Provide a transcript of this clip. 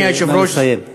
נא לסיים.